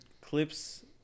clips